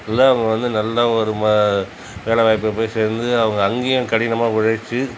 இல்லை அவங்க வந்து நல்ல ஒரு ம வேலை வாய்ப்பில் போய் சேர்ந்து அவங்க அங்கேயும் கடினமாக உழைத்து